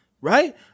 Right